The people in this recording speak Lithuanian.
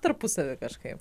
tarpusavy kažkaip